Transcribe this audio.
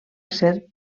serp